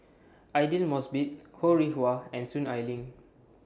Aidli Mosbit Ho Rih Hwa and Soon Ai Ling